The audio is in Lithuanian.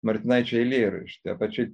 martinaičio eilėraštį apačioj